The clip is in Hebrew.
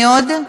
מי עוד?